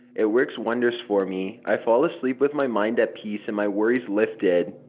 it works wonders for me, i fall asleep with my mind at peace and my worries lifted.